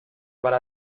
para